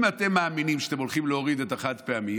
אם אתם מאמינים שאתם הולכים להוריד את החד-פעמי,